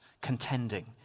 contending